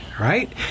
right